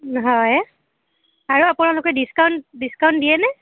হয় আৰু আপোনালোকে ডিচকাউণ্ট ডিচকাউণ্ট দিয়ে নে